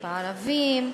בערבים.